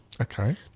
Okay